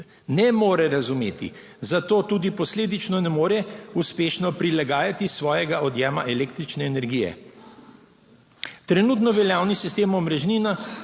ne more razumeti, zato tudi posledično ne more uspešno prilagajati svojega odjema električne energije. Trenutno veljavni sistem omrežnin